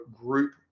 group